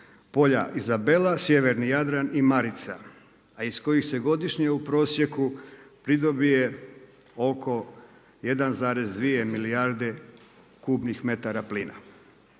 polja Izabela, sjeverni Jadran i Marica, a iz kojih se godišnje u prosjeku pridobije oko 1,2 milijarde kubnih metara plina.